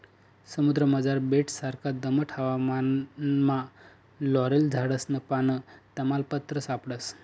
समुद्रमझार बेटससारखा दमट हवामानमा लॉरेल झाडसनं पान, तमालपत्र सापडस